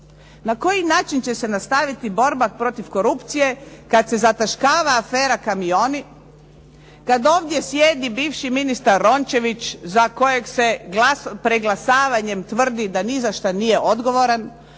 Na koji način će se nastaviti borba protiv korupcije kad se zataškava afera kamioni, kad ovdje sjedi bivši ministar Rončević za kojeg se preglasavanjem tvrdi da ni za što nije odgovoran,